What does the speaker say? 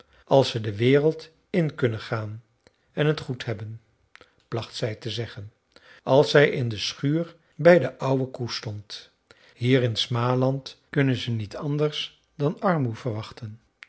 als ze de wereld in kunnen gaan en het goed hebben placht zij te zeggen als zij in de schuur bij de oude koe stond hier in smaland kunnen ze niet anders dan armoe verwachten